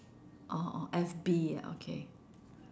orh orh F_B okay